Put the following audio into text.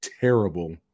terrible